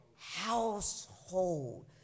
household